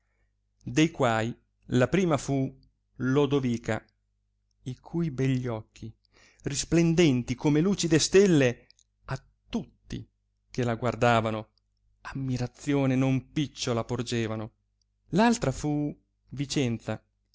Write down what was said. de quai la prima fu lodovica i cui begli occhi risplendenti come lucide stelle a tutti che la guardavano ammirazione non picciola porgevano l altra fu vicenza